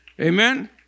Amen